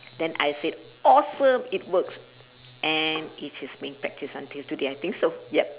then I said awesome it works and it is being practised until today I think so yup